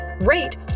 rate